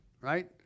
Right